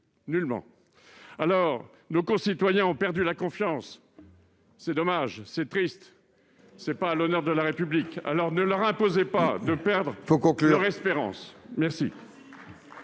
lieux. Aucun ! Nos concitoyens ont perdu la confiance. C'est dommage, c'est triste ! Ce n'est pas à l'honneur de la République ! Alors ne leur imposez pas de perdre leur espérance !